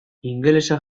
ingelesa